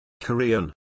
Korean